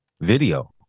Video